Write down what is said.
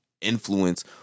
influence